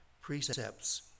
precepts